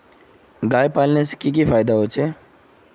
गाय पालने से की की फायदा होचे?